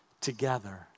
together